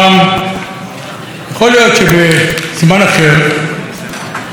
יכול להיות שבזמן אחר ובמציאות אחרת,